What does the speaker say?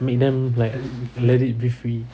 make them like let it be free